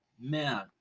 Man